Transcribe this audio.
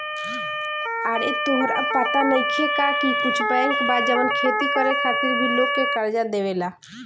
आरे तोहरा पाता नइखे का की कुछ बैंक बा जवन खेती करे खातिर भी लोग के कर्जा देवेला